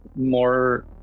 more